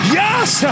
yes